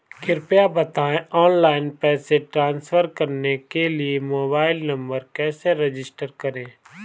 कृपया बताएं ऑनलाइन पैसे ट्रांसफर करने के लिए मोबाइल नंबर कैसे रजिस्टर करें?